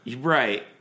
Right